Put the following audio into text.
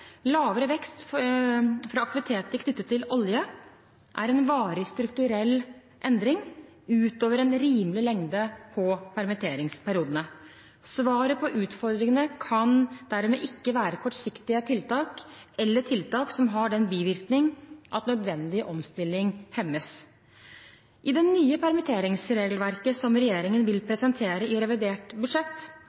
Lavere vekst fra aktiviteter knyttet til olje er en varig, strukturell endring, utover en rimelig lengde på permitteringsperiodene. Svaret på utfordringen kan dermed ikke være kortsiktige tiltak eller tiltak som har den bivirkning at nødvendige omstillinger hemmes. I det nye permitteringsregelverket som regjeringen vil presentere i revidert budsjett,